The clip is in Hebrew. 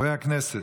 גם אני.